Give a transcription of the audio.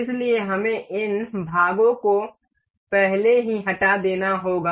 इसलिए हमें इन भागों को पहले ही हटा देना होगा